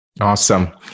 Awesome